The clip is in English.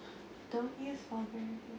don't use vulgarities